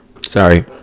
Sorry